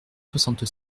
soixante